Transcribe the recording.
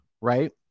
right